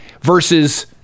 Versus